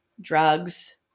drugs